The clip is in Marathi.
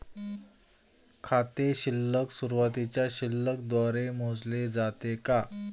खाते शिल्लक सुरुवातीच्या शिल्लक द्वारे मोजले जाते का?